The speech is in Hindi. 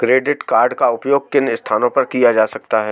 क्रेडिट कार्ड का उपयोग किन स्थानों पर किया जा सकता है?